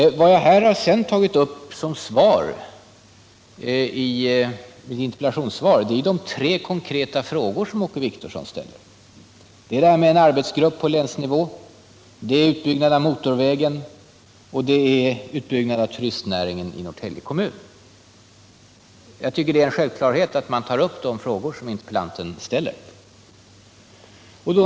De spörsmål jag därutöver har tagit upp i mitt interpellationssvar är ju de tre konkreta frågor som Åke Wictorsson ställde och som gällde en arbetsgrupp på länsnivå, en utbyggnad av motorvägen och en utbyggnad av turistnäringen i Norrtälje kommun. Jag tycker att det är en självklarhet att man tar upp just de frågor som interpellanten ställer.